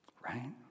Right